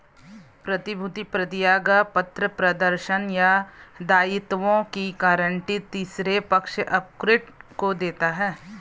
प्रतिभूति प्रतिज्ञापत्र प्रदर्शन या दायित्वों की गारंटी तीसरे पक्ष उपकृत को देता है